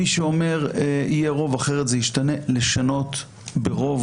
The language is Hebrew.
מי שאומר "יהיה רוב אחרת זה ישתנה" לשנות ברוב